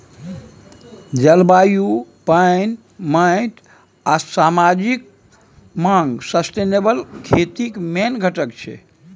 जलबायु, पानि, माटि आ समाजिक माँग सस्टेनेबल खेतीक मेन घटक छै